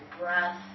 breath